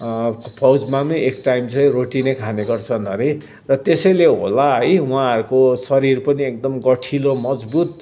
फौजमा एक टाइम चाहिँ रोटी नै खाने गर्छन् अरे र त्यसैले होला है उहाँहरूको शरीर पनि एकदम गठिलो मजबुत